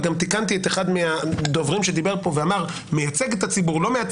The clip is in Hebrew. וגם תיקנתי את אחד הדוברים שדיבר פה ואמר מייצג את הציבור או לא,